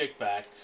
kickback